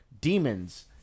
demons